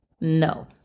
No